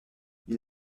ils